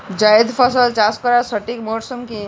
জায়েদ ফসল চাষ করার সঠিক মরশুম কি?